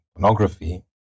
pornography